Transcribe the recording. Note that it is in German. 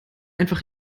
einfach